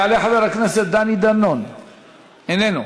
יעלה חבר הכנסת דני דנון, איננו.